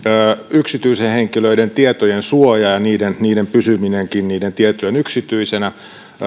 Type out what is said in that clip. yksityisten henkilöiden tietojen suoja ja niiden tietojen pysyminenkin yksityisinä